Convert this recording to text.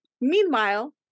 Meanwhile